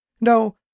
No